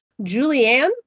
Julianne